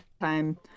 time